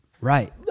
Right